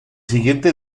siguiente